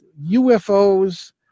UFOs